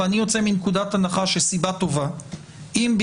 ואני יוצא מנקודת הנחה שיש סיבה טובה,